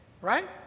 right